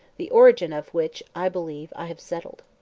the origin of which, i believe, i have settled.